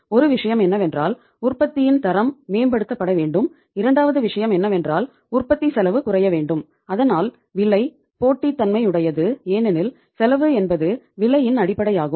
ஒரு விஷயம் என்னவென்றால் உற்பத்தியின் தரம் மேம்படுத்தப்பட வேண்டும் இரண்டாவது விஷயம் என்னவென்றால் உற்பத்திச் செலவு குறைய வேண்டும் அதனால் விலை போட்டித்தன்மையுடையது ஏனெனில் செலவு என்பது விலையின் அடிப்படையாகும்